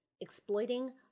Exploiting